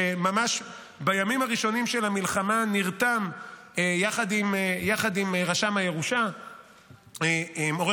שבימים הראשונים של המלחמה נרתם יחד עם רשם הירושה עו"ד